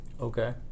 Okay